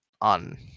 on